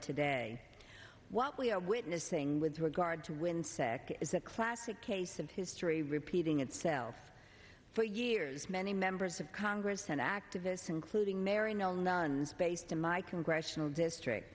today what we are witnessing with regard to when sec is a classic case of history repeating itself for years many members of congress and activists including mary nell nuns based in my congressional district